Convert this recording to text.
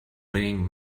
bring